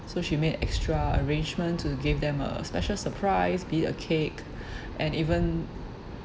so she made extra arrangement to give them a special surprise be a cake and even